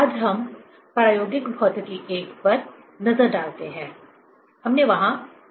आज हम प्रायोगिक भौतिकी I पर नज़र डालते हैं हमने वहां क्या सीखा है